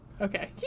Okay